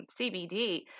CBD